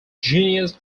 genus